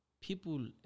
people